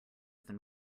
than